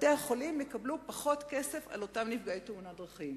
בתי-החולים יקבלו פחות כסף על אותם נפגעי תאונת דרכים.